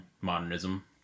Modernism